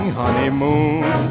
honeymoon